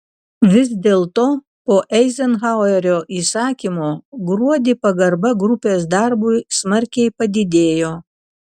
vis dėlto po eizenhauerio įsakymo gruodį pagarba grupės darbui smarkiai padidėjo